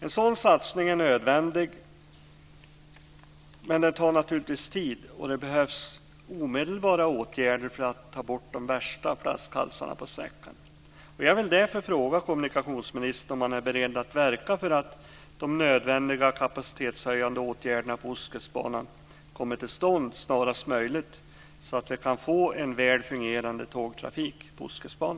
En sådan satsning är nödvändig, men det tar naturligtvis tid, och det behövs omedelbara åtgärder för att ta bort de värsta flaskhalsarna på sträckan.